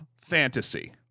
fantasy